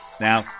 Now